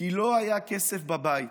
כי לא היה כסף בבית,